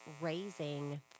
raising